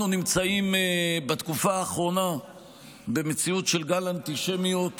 אנחנו נמצאים בתקופה האחרונה במציאות של גל אנטישמיות